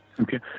Okay